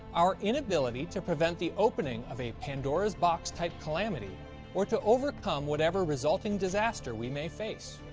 our inability to prevent the opening of a pandora's box type calamity or to overcome whatever resulting disaster we may face.